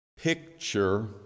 picture